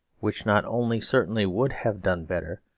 which not only certainly would have done better,